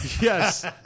yes